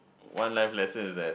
one life lesson is that